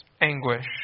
anguish